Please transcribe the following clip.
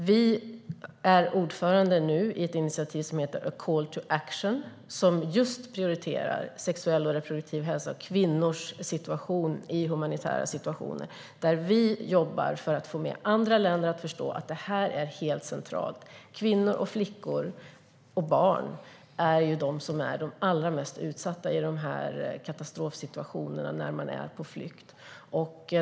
Vi är nu ordförande i ett initiativ som heter Call to Action, som just prioriterar sexuell och reproduktiv hälsa och kvinnors situation i humanitära situationer. Vi jobbar där för att få andra länder att förstå att detta är helt centralt. Kvinnor, flickor och barn är ju de som är allra mest utsatta i dessa katastrofsituationer när människor är på flykt.